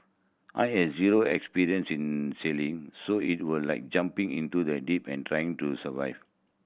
I had zero experience in sailing so it was like jumping into the deep and trying to survive